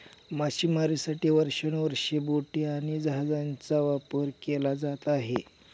मासेमारीसाठी वर्षानुवर्षे बोटी आणि जहाजांचा वापर केला जात आहे